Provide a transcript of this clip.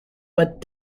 but